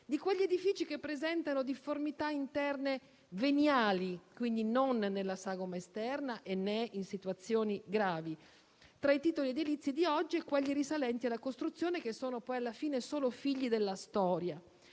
di quegli edifici che presentano difformità interne veniali - quindi non nella sagoma esterna e né in situazioni gravi - tra i titoli edilizi di oggi e quelli risalenti alla costruzione, che alla fine sono solo figli della storia;